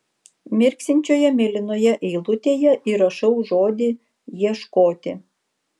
mirksinčioje mėlynoje eilutėje įrašau žodį ieškoti